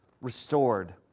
restored